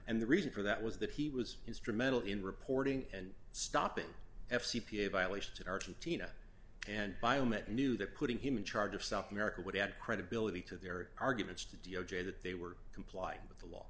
and the reason for that was that he was instrumental in reporting and stopping f c p a violations in argentina and biomet knew that putting him in charge of south america would add credibility to their arguments to d o j that they were complying with the law